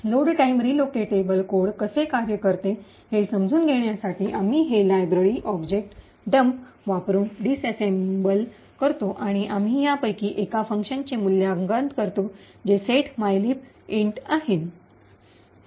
load time relocatable code कसे कार्य करते हे समजून घेण्यासाठी आम्ही हे लायब्ररी ऑब्जेक्ट डम्प वापरुन डिसेसेम्बल करतो आणि आम्ही यापैकी एका फंक्शनचे मूल्यांकन करतो जे सेट मायलिब इंट आहे set mylib int